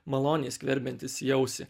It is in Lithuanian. maloniai skverbiantis į ausį